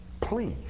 please